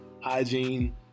hygiene